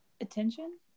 attention